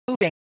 moving